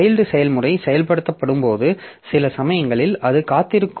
child செயல்முறை செயல்படுத்தப்படும்போது சில சமயங்களில் அது காத்திருக்கும்